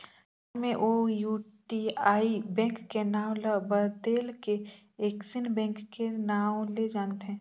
बाद मे ओ यूटीआई बेंक के नांव ल बदेल के एक्सिस बेंक के नांव ले जानथें